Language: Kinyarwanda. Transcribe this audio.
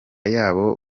yabo